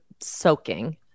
soaking